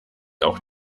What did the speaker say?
auch